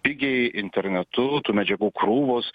pigiai internetu tų medžiagų krūvos